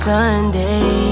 Sunday